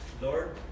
Lord